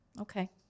okay